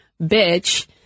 Bitch